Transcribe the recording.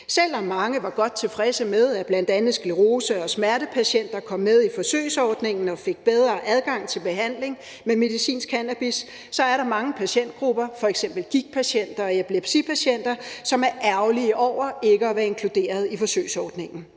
Selv om mange var godt tilfredse med, at bl.a. sklerose- og smertepatienter kom med i forsøgsordningen og fik bedre adgang til behandling med medicinsk cannabis, så er der mange patientgrupper, f.eks. gigtpatienter og epilepsipatienter, som er ærgerlige over ikke at være inkluderet i forsøgsordningen.